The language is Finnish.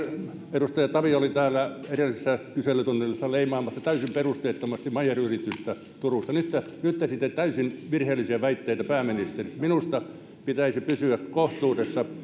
edustaja tavio oli täällä edellisellä kyselytunnilla leimaamassa täysin perusteettomasti meyer yritystä turussa ja nyt esittää täysin virheellisiä väitteitä pääministeristä minusta pitäisi pysyä kohtuudessa